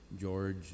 George